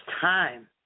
time